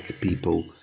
people